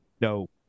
no